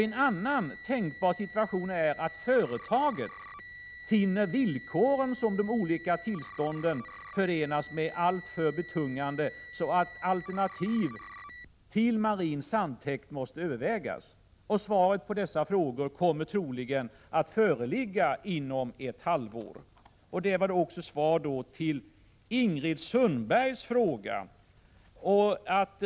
En annan tänkbar situation är att företaget finner att villkoren som de olika tillstånden förenas med är alltför betungande, så att alternativ till marin sandtäkt måste övervägas. Svaret på dessa frågor kommer troligen att föreligga inom ett halvår. Det är också svar på Ingrid Sundbergs fråga.